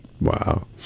Wow